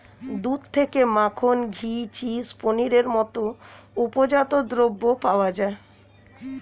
দুধ থেকে মাখন, ঘি, চিজ, পনিরের মতো উপজাত দ্রব্য পাওয়া যায়